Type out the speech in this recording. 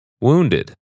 wounded